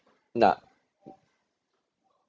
no